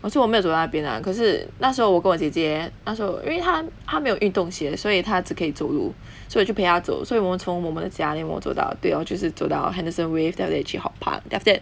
可是我没有走到那边 lah 可是那时候我跟我姐姐那时候因为她她没有运动鞋所以她只可以走路所以我就陪她走所以我们从我们的家 then 我们走到对 lor 就是走到 henderson waves then after that 去 hortpark then after that